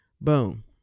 boom